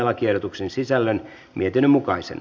lakiehdotuksen sisällön mietinnön mukaisena